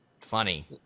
funny